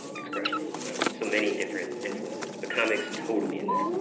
expressionist. yeah, so many different influences, but comics totally in there.